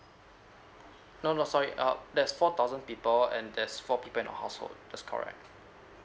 no no sorry uh that's four thousand people and there's four people in the household that's correct